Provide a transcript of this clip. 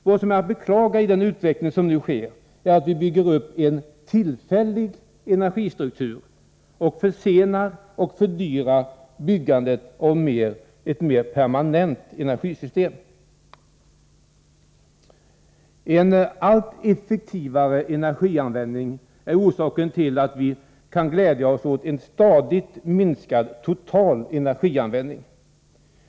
Vad som är att beklaga i den utveckling som nu sker är att vi bygger upp en ”tillfällig” energistruktur och försenar och fördyrar byggandet av ett mer permanent energisystem. En allt effektivare energianvändning är orsaken till att vi kan glädja oss åt en stadigt minskad total energianvändning.